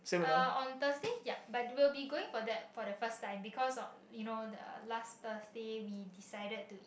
uh on Thursday yup but we'll be going for that for the first time because of you know the last Thursday we decided to eat